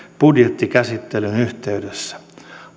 budjettikäsittelyn yhteydessä